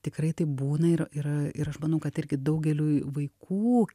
tikrai taip būna ir ir ir aš manau kad irgi daugeliui vaikų